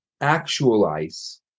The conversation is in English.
actualize